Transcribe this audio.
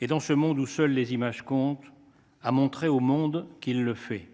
et s’il parviendra, dans ce monde où seules les images comptent, à montrer au monde qu’il le fait.